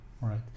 right